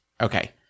Okay